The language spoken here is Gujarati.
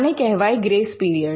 આને કહેવાય ગ્રેસ પિરિયડ